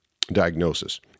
diagnosis